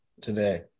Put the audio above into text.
today